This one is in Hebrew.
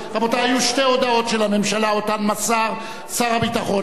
היו שתי הודעות של הממשלה שמסר שר הביטחון: האחת